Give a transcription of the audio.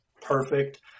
perfect